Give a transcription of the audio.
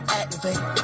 activate